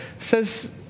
says